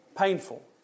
Painful